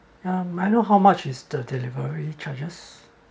um may I know how much is the delivery charges